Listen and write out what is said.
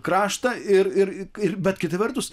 kraštą ir ir ir bet kita vertus